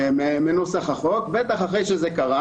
מנוסח החוק, בטח אחרי שזה קרה.